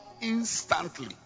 instantly